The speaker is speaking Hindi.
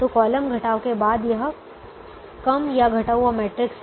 तो कॉलम घटाव के बाद यह कम या घटा हुआ मैट्रिक्स है